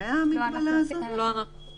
המגבלה הזאת עדיין עומדת על 100?